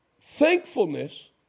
Thankfulness